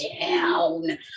down